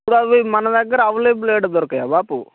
ఇప్పుడు అవి మన దగ్గర అవైలబుల్ ఎక్కడ దొరకాయా బాపు